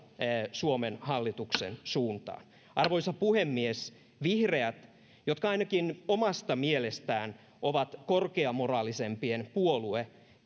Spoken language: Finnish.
suomen hallituksen suuntaan arvoisa puhemies vihreät jotka ainakin omasta mielestään ovat korkeamoraalisempien puolue